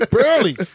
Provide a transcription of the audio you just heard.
barely